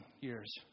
years